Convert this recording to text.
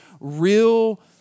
real